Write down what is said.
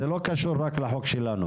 זה לא קשור רק לחוק שלנו.